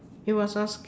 it was ask~